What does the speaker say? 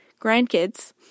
grandkids